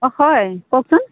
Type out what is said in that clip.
অঁ হয় কওকচোন